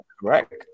correct